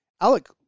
Alec